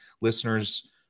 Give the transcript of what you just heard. listeners